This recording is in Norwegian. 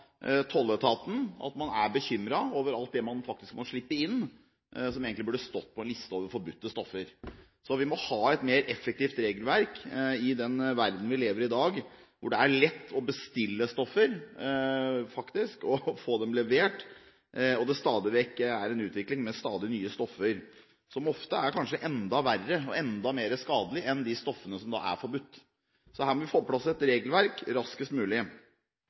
tolletaten at man er bekymret over alt det man faktisk må slippe inn, som egentlig burde stått på en liste over forbudte stoffer. Så vi må ha et mer effektivt regelverk i den verden som vi lever i i dag, hvor det faktisk er lett å bestille stoffer og få dem levert, og hvor det stadig vekk er en utvikling med nye stoffer, som ofte er enda verre og enda mer skadelige enn de stoffene som er forbudt. Så her må vi få på plass et regelverk raskest mulig.